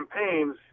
campaigns